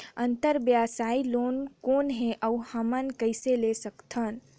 अंतरव्यवसायी लोन कौन हे? अउ हमन कइसे ले सकथन?